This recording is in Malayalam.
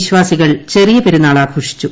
വിശ്വാസികൾ ചെറിയ പെരുന്നാൾ ആഘോഷിച്ചു